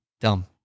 Dumb